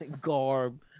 Garb